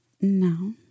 No